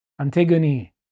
Antigone